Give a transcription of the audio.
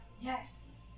yes